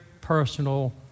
personal